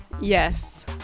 Yes